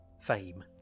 fame